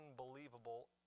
unbelievable